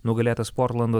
nugalėtas portlando